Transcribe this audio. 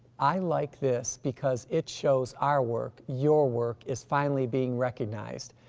i like this because it shows our work, your work is finally being recognized.